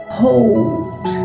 hold